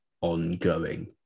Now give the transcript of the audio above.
ongoing